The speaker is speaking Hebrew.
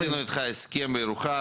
אנחנו עשינו איתך הסכם בירוחם.